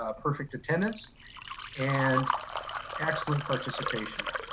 ah perfect attendance and excellent participation.